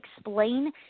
explain